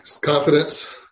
Confidence